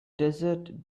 desert